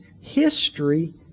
history